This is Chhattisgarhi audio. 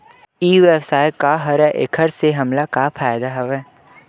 ई व्यवसाय का हरय एखर से हमला का फ़ायदा हवय?